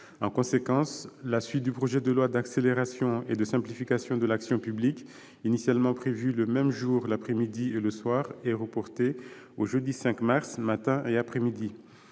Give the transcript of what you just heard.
En conséquence, la suite du projet de loi d'accélération et de simplification de l'action publique, initialement prévue le même jour l'après-midi et le soir, est reportée au jeudi 5 mars, matin et après-midi.